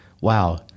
wow